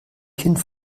kind